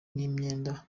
n’imyenda